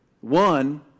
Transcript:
One